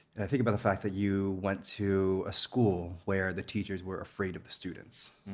i think about the fact that you went to a school where the teachers were afraid of the students.